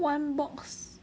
one box